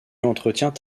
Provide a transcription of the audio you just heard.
entretient